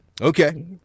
Okay